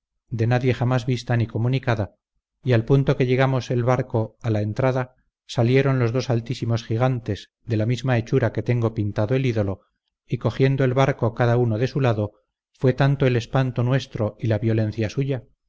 de nadie jamás vista ni comunicada y al punto que llegamos el barco a la entrada salieron los dos altísimos gigantes de la misma hechura que tengo pintado el ídolo y cogiendo el barco cada uno de su lado fue tanto el espanto nuestro y la violencia suya